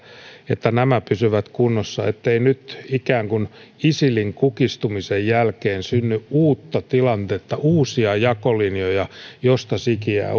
että nämä pysyvät kunnossa ettei nyt ikään kuin isilin kukistumisen jälkeen synny uutta tilannetta uusia jakolinjoja joista sikiää